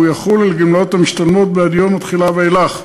והוא יחול על גמלאות המשתלמות בעד יום התחילה ואילך.